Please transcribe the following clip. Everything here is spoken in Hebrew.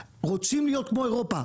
רוצים להיות כמו אירופה?